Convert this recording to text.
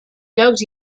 llocs